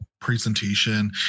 presentation